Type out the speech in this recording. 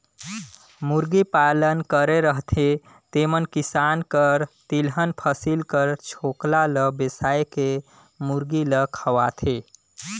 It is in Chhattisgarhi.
मुरगी पालन करे रहथें तेमन किसान कर तिलहन फसिल कर छोकला ल बेसाए के मुरगी ल खवाथें